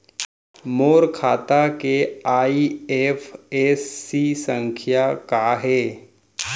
मोर खाता के आई.एफ.एस.सी संख्या का हे?